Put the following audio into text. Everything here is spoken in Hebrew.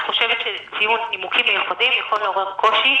אני חושבת שציון "נימוקים מיוחדים" יכול לעורר קושי